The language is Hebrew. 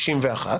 61,